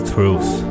Truth